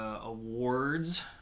awards